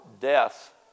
death